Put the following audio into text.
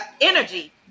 energy